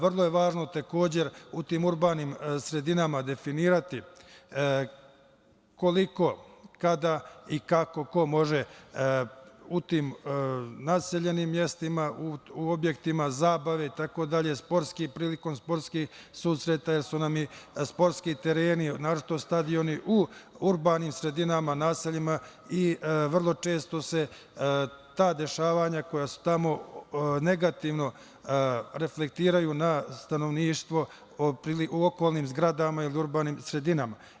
Vrlo je važno takođe u tim urbanim sredinama definisati koliko, kada i kako ko može u tim naseljenim mestima, u objektima zabave itd, prilikom sportskih susreta, jer su nam i sportski tereni, naročito stadioni u urbanim sredinama, naseljima i vrlo često se ta dešavanja koja su tamo negativno reflektiraju na stanovništvo u okolnim zgradama ili urbanim sredinama.